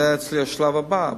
זה אצלי השלב הבא,